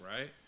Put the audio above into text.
right